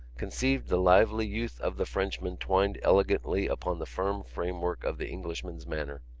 conceived the lively youth of the frenchmen twined elegantly upon the firm framework of the englishman's manner.